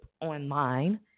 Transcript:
online